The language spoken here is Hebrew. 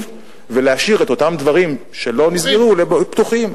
ולהשאיר את אותם דברים שלא נסגרו פתוחים,